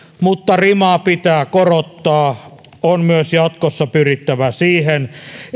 mutta rimaa pitää korottaa on myös jatkossa pyrittävä siihen